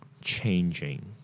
changing